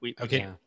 okay